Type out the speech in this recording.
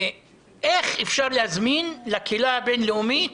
איך אפשר להסביר לקהילה הבין-לאומית